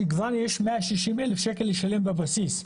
כבר יש 160 אף שקל לשלם בבסיס.